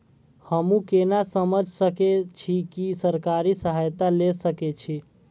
हमू केना समझ सके छी की सरकारी सहायता ले सके छी?